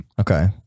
Okay